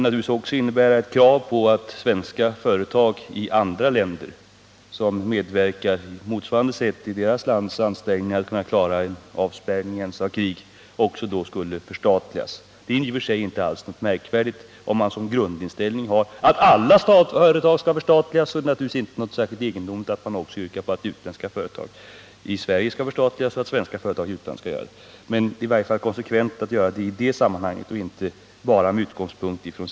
Också svenska företag med filialer i andra länder, som på motsvarande sätt medverkar i dessa länders ansträngningar för att kunna klara en avspärrning i händelse av krig, skulle i så fall förstatligas. Ett sådant resonemangär i och för sig inte märkligt, om man som grundinställning har att alla företag skall förstatligas. Då är det naturligtvis inte särskilt egendomligt att man yrkar på att också utländska företag i Sverige och svenska företag i utlandet skall förstatligas. Det är i varje fall konsekvent att göra det mot den bakgrunden och inte bara med utgångspunkt i frågan om Ceaverken.